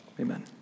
amen